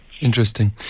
Interesting